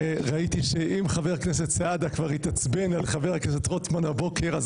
אם חבר הכנסת סעדה כבר התעצבן על חבר הכנסת רוטמן הבוקר,